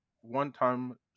one-time